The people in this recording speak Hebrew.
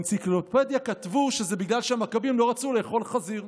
באנציקלופדיה כתבו שזה בגלל שהמכבים לא רצו לאכול חזיר.